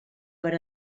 per